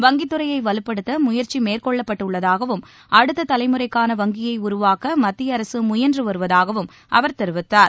வங்கித் துறையை வலுப்படுத்த முயற்சி மேற்கொள்ளப்பட்டு உள்ளதாகவும் அடுத்த தலைமுறைக்கான வங்கியை உருவாக்க மத்திய அரசு முயன்று வருவதாகவும் அவர் தெரிவித்தார்